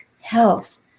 health